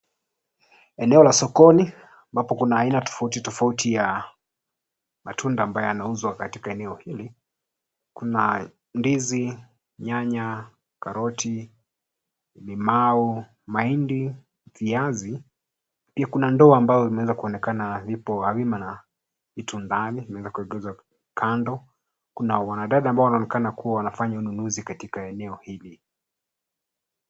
Eneo la sokoni ambapo kuna aina tofauti tofauti ya matunda ambaye yanayouzwa katika eneo hili. Kuna ndizi, nyanya, karoti, limau, mahindi, viazi. Kuna ndoo ambazo zimeweza kuonekana zipo hazima na vitu ndani, zimeegeshwa kando. Kuna wanadada ambao wanaonekana kuwa wanafanya ununuzi katika eneo hili.